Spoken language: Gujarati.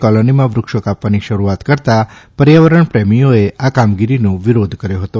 કોલોનીમાં વૃક્ષો કાપવાની શરૂઆત કરતાં પર્યાવરણ પ્રેમીઓએ આ કામગીરીનો વિરોધ કર્યો હતો